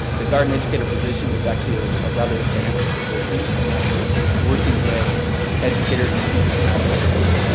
the garden educator position is actually a ah rather advanced position in that they're working with educators and teachers at the school.